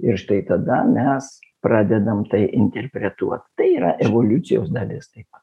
ir štai tada mes pradedam tai interpretuot tai yra evoliucijos dalis taip